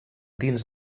dins